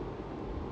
like what exit